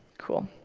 cool.